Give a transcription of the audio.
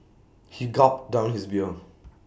he gulped down his beer